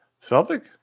Celtic